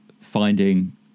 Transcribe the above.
finding